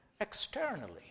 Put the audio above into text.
externally